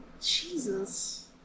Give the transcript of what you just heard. Jesus